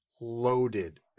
loaded